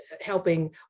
helping